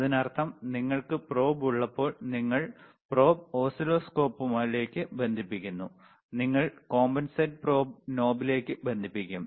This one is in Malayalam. അതിനർത്ഥം നിങ്ങൾക്ക് probe ഉള്ളപ്പോൾ നിങ്ങൾ probe ഓസിലോസ്കോപ്പിലേക്ക് ബന്ധിപ്പിക്കുന്നു നിങ്ങൾ compensating probe നോബിലേക്ക് ബന്ധിപ്പിക്കും